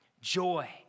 joy